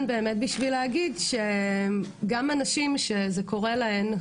באמת בשביל להגיד שנשים שזה קורה להן,